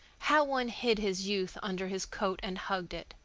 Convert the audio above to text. how one hid his youth under his coat and hugged it!